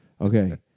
Okay